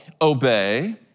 obey